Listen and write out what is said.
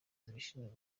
zishinzwe